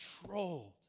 controlled